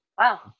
wow